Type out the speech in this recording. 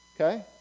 okay